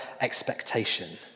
expectation